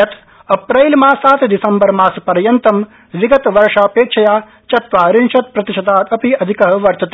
यत् अप्रैलमासात् दिसम्बरमास पर्यन्तं विगतवर्षापेक्षयाचत्वारिंशद् प्रतिशतादपि अधिक वर्तते